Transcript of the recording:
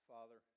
Father